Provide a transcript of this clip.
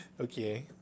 Okay